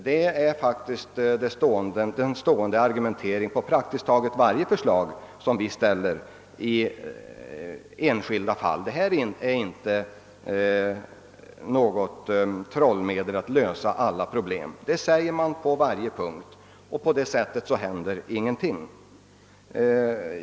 Det är faktiskt ett stående argument mot praktiskt taget varje förslag som vi lägger fram i enskilda fall; detta är inte något trollmedel att lösa alla problem, säger man på nästan varje punkt, och så händer praktiskt taget ingenting.